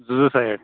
زٕ زٕ سایِڈ